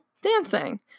dancing